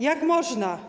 Jak można?